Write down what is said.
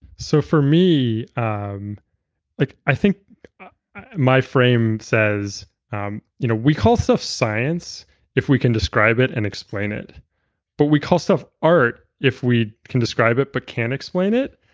so for me, um like i think my frame says um you know we call stuff science if we can describe it and explain it but we call stuff art if we can describe it but can't explain it.